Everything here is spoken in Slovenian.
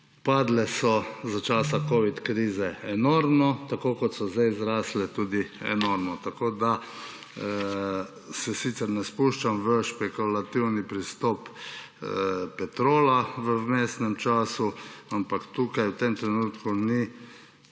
padle so za časa covidne krize enormno, tako kot so tudi zdaj zrasle enormno. Tako da se sicer ne spuščam v špekulativni pristop Petrola v vmesnem času, ampak tukaj v tem trenutku ni